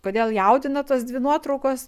kodėl jaudina tos dvi nuotraukos